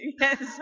Yes